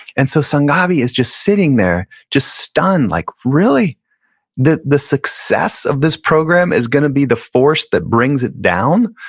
and so sanghavi is just sitting there just stunned like really the the success of this program is gonna be the force that brings it down?